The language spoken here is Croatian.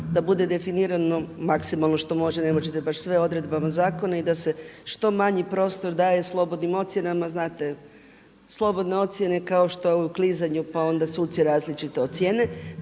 da bude definirano maksimalno što može. Ne možete baš sve odredbama zakona i da se što manji prostor daje slobodnim ocjenama. Znate, slobodne ocjene kao što je u klizanju pa onda suci različito ocijene,